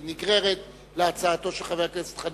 היא נגררת להצעתו של חבר הכנסת חנין.